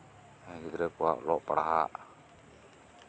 ᱜᱤᱫᱽᱨᱟᱹ ᱠᱚᱣᱟᱜ ᱚᱞᱚᱜ ᱯᱟᱲᱦᱟᱜ